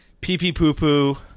pee-pee-poo-poo